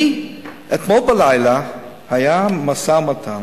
אתמול בלילה היה משא-ומתן